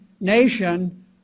nation